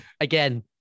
Again